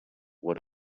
what